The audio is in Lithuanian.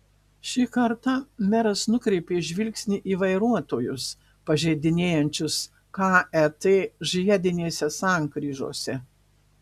šį kartą meras nukreipė žvilgsnį į vairuotojus pažeidinėjančius ket žiedinėse sankryžose